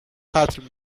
قتل